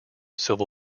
civil